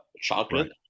chocolate